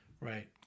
Right